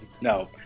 no